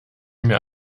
mir